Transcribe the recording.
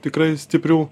tikrai stiprių